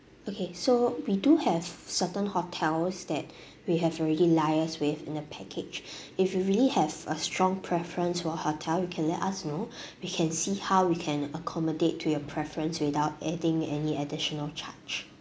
okay so we do have certain hotels that we have already liased with in a package if you really have a strong preference for a hotel you can let us know we can see how we can accommodate to your preference without adding any additional charge